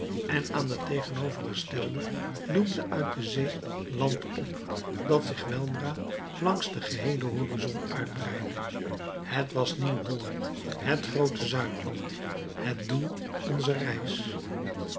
en aan den tegenovergestelden doemde uit de zee land op dat zich weldra langs den geheelen horizon uitbreidde het was nieuw-holland het groote zuidland het doel onzer reis